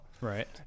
Right